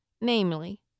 namely